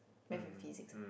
math and physics ah